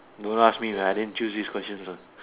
don't ask me I didn't choose these questions ah